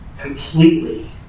completely